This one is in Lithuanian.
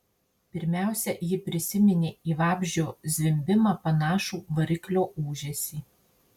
pirmiausia ji prisiminė į vabzdžio zvimbimą panašų variklio ūžesį